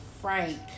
Frank